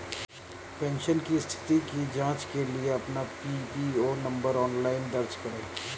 pension की स्थिति की जांच के लिए अपना पीपीओ नंबर ऑनलाइन दर्ज करें